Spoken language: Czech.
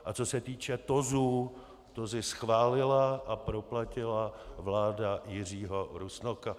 A co se týče TOZů, TOZy schválila a proplatila vláda Jiřího Rusnoka.